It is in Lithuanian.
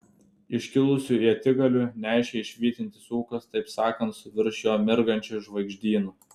iškilusių ietigalių neaiškiai švytintis ūkas taip sakant su virš jo mirgančiu žvaigždynu